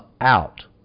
out